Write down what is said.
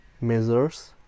measures